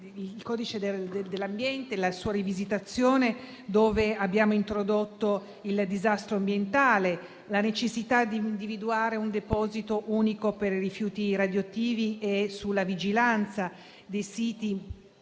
il codice dell'ambiente e la sua rivisitazione, in cui abbiamo introdotto il disastro ambientale, l'individuazione di un deposito unico per i rifiuti radioattivi e la vigilanza dei siti